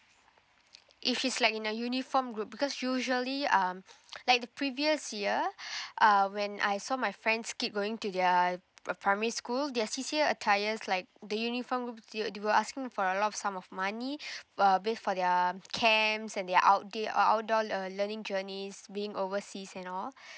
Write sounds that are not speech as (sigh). if she's like in the uniform group because usually um like the previous year (breath) uh when I saw my friends kid going to the primary school their C_C_A's attires like the uniform group they're they're asking for a lot of sum of money (breath) uh payt for their camps and their out day uh out door uh learning journeys being overseas and all (breath)